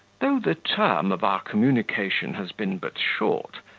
though the term of our communication has been but short,